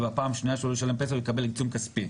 ובפעם השנייה שהוא לא ישלם פנסיה הוא יקבל עיצום כספי.